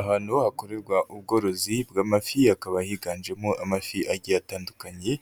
Ahantu ho hakorerwa ubworozi bw'amafi, hakaba higanjemo amafi agiye atandukanye,